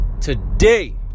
today